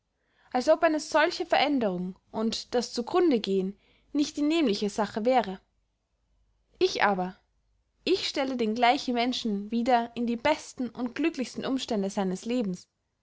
als ob eine solche veränderung und das zu grunde gehen nicht die nämliche sache wäre ich aber ich stelle den gleichen menschen wieder in die besten und glücklichsten umstände seines lebens